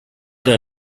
der